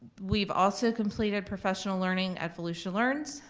we've also completed professional learning at volusia learns.